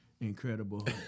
Incredible